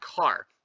car